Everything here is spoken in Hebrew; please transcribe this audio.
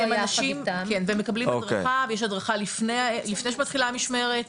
כן והם מקבלים הדרכה ויש הדרכה לפני שמתחילה המשמרת,